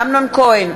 אמנון כהן,